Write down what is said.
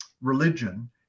religion